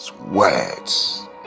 words